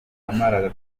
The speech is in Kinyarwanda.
yamaraga